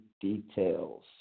details